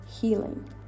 healing